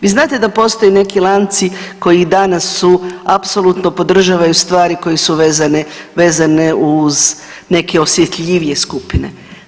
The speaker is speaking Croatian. Vi znate da postoje neki lanci koji danas su apsolutno podržavaju stvari koje su vezane uz neke osjetljivije skupine.